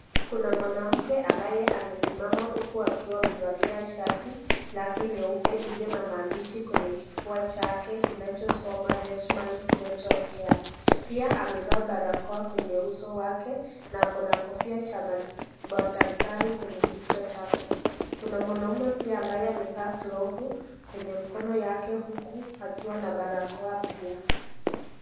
Kuna mwanamke ambaye amesimama huku akiwa amevalia shati lake nyeupe iliyo na maandishi kwenye kufua chake kinacho soma (Desoln smile dental care) pia amevaa barakoa kwenye uso wake na Ako na kofia cha madaktari kwenye kichwa chake. Kuna mwanaume pia ambaye amevaa glovu kwenye mkono wake huku akiwa na barakoa pia.